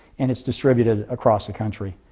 and it's distributed across the country,